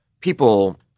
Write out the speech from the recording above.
people